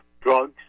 drugs